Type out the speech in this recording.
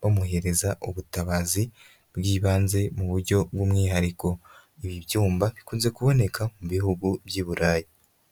bamumwohereza ubutabazi bw'ibanze mu buryo bw'umwihariko, ibi byumba bikunze kuboneka mu bihugu by'i Burayi.